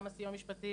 גם הסיוע המשפטי,